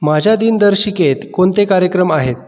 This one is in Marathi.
माझ्या दिनदर्शिकेत कोणते कार्यक्रम आहेत